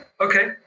Okay